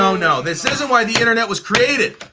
no, no. this isn't why the internet was created.